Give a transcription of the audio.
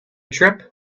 trip